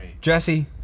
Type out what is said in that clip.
Jesse